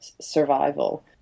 survival